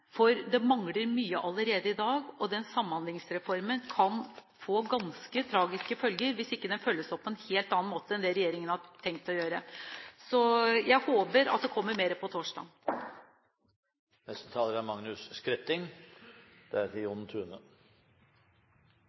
for det mangler mye allerede i dag. Samhandlingsreformen kan få ganske tragiske følger hvis den ikke følges opp på en helt annen måte enn det regjeringen har tenkt å gjøre. Jeg håper at det kommer mer på